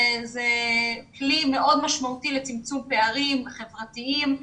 זה כלי מאוד משמעותי לצמצום פערים חברתיים.